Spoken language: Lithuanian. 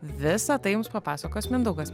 visa tai jums papasakos mindaugas